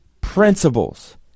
principles